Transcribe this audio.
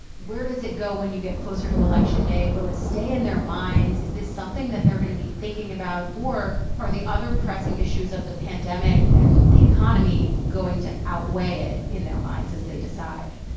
where does it go when you get closer to election day? will it stay in their minds? is this something that they're gonna be thinking about? or are the other pressing issues of the pandemic and the economy going to outweigh it in their minds as they decide?